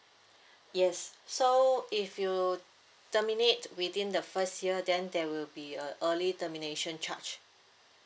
yes so if you terminate within the first year then there will be a early termination charge